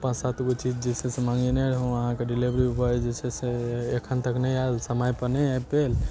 पाँच सात गो चीज जे से मँगेने रहूॅं अहाँ के डीलेवरी बॉय जे छै से अखन तक नहि आयल समय पर नहि आबि पाओल